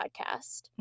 podcast